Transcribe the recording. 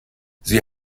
sie